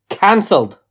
cancelled